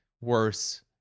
worse